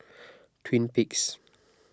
Twin Peaks